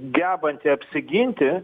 gebanti apsiginti